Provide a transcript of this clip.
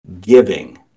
Giving